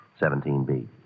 17B